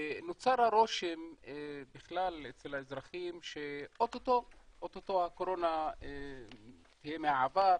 נוצר הרושם אצל האזרחים שאו-טו-טו הקורונה היא מן העבר,